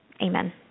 Amen